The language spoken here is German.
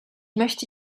möchte